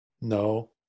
No